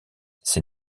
ses